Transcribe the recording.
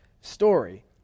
story